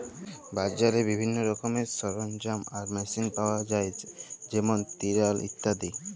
বাজারে বিভিল্ল্য রকমের সরলজাম আর মেসিল পাউয়া যায় যেমল টিলার ইত্যাদি